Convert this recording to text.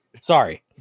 Sorry